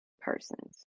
persons